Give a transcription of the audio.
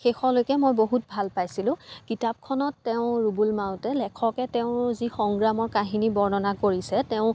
শেষলৈকে মই বহুত ভাল পাইছিলোঁ কিতাপখনত তেওঁ ৰুবুল মাউতে লেখকে তেওঁৰ যি সংগ্ৰামৰ কাহিনী বৰ্ণনা কৰিছে তেওঁ